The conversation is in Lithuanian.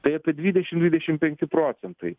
tai apie dvidešimt dvidešimt penki procentai